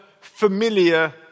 familiar